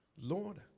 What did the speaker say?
Lord